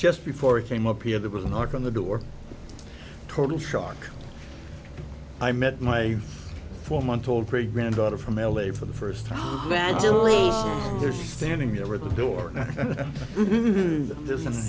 just before i came up here there was a knock on the door total shock i met my four month old great granddaughter from l a for the first time vangelis they're standing there at the door isn't th